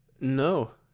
no